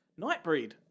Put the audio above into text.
Nightbreed